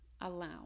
allow